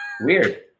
Weird